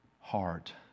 heart